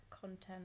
content